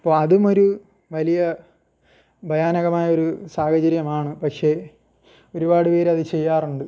അപ്പം അതും ഒരു വലിയ ഭയാനകമായൊരു സാഹചര്യമാണ് പക്ഷേ ഒരുപാട് പേരത് ചെയ്യാറുണ്ട്